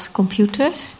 computers